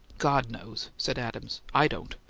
god knows! said adams. i don't!